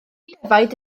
defaid